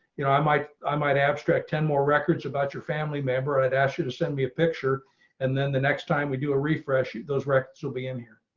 you know, i might. i might abstract ten more records about your family member, i'd asked you to send me a picture and then the next time we do a refresh those records will be in here.